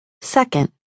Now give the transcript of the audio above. Second